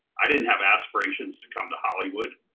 i didn't have aspirations to come to hollywood.